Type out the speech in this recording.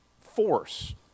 force